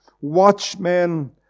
watchmen